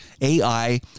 AI